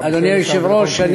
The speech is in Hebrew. אדוני היושב-ראש,